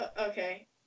Okay